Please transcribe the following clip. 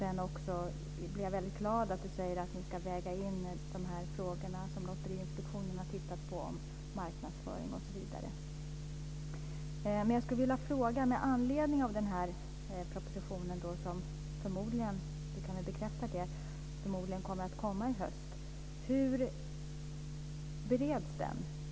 Jag blev glad när finansministern sade att man ska väga in de frågor som Lotteriinspektionen har tittat på, marknadsföring osv. Jag vill ställa en fråga med anledning av den proposition som förmodligen kommer i höst. Finansministern kan väl bekräfta att den kommer i höst. Hur bereds den?